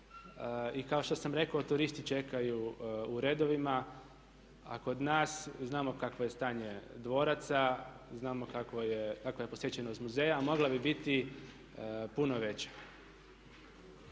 I kao što sam rekao turisti čekaju u redovima. A kod nas znamo kakvo je stanje dvoraca, znamo kakva je posvećenost muzeja a mogla bi biti puno veća.